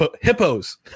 Hippos